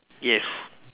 yes